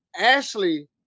Ashley